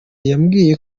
yambwiye